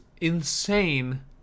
insane